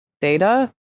data